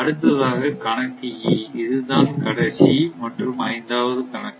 அடுத்ததாக கணக்கு E இதுதான் கடைசி மற்றும் ஐந்தாவது கணக்கு